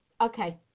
okay